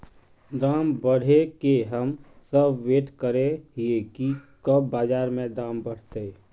दाम बढ़े के हम सब वैट करे हिये की कब बाजार में दाम बढ़ते?